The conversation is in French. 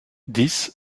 dix